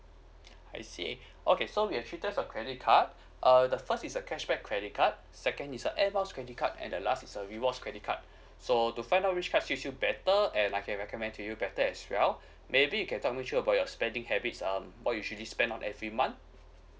I see okay so we have three type of credit card uh the first is a cashback credit card second is a airmiles credit card and the last is a rewards credit card so to find out which card suit you better and I can recommend to you better as well maybe you can tell me sure about your spending habits um what you usually spend on every month